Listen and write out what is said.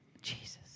Jesus